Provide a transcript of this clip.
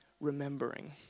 remembering